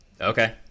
Okay